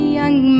young